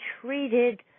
treated